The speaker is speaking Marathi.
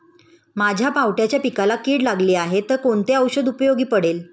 माझ्या पावट्याच्या पिकाला कीड झाली आहे तर कोणते औषध उपयोगी पडेल?